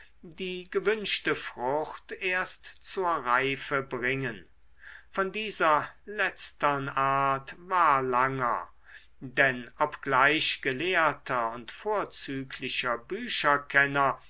die gewünschte frucht erst zur reife bringen von dieser letztern art war langer denn obgleich gelehrter und vorzüglicher